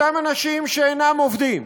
אותם אנשים שאינם עובדים,